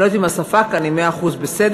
אני לא יודעת אם השפה כאן היא מאה אחוז בסדר,